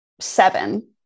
seven